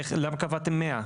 איך, למה קבעתם 100?